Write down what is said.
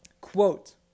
quote